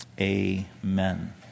Amen